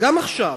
גם עכשיו,